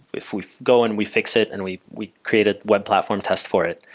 if we go and we fix it and we we create a web platform test for it,